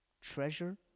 treasure